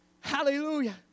Hallelujah